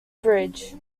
bridge